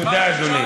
תודה, אדוני.